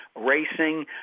racing